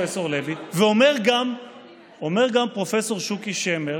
ואומר גם פרופ' שוקי שמר,